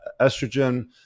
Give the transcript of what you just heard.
estrogen